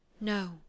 No